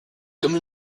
comme